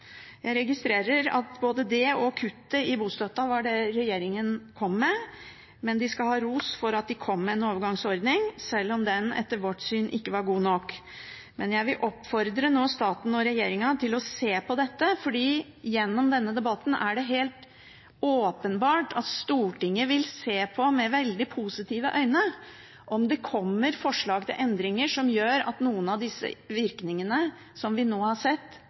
Jeg registrerer at både det og kuttet i bostøtten var det regjeringen kom med, men de skal ha ros for at de kom med en overgangsordning, sjøl om den etter vårt syn ikke var god nok. Jeg vil nå oppfordre statsråden og regjeringen til å se på dette, for gjennom denne debatten er det helt åpenbart at Stortinget vil se på med veldig positive øyne om det kommer forslag til endringer som gjør at noen av de virkningene som vi nå har sett,